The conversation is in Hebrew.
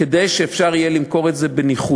כדי שאפשר יהיה למכור את זה בניחותא,